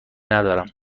ندارم